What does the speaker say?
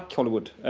hollywood,